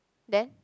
then